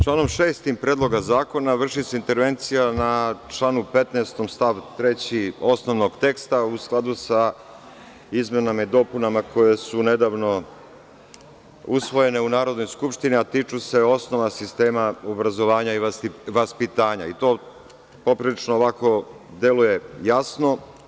Članom 6. Predloga zakona vrši se intervencija na članu 15. stav 3. osnovnog teksta u skladu sa izmenama i dopunama koje su nedavno usvojene u Narodnoj skupštini, a tiču se osnova sistema obrazovanja i vaspitanja, i to poprilično deluje jasno.